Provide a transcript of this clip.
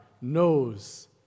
knows